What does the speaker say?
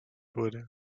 wurde